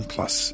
Plus